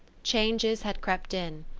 changes had crept in,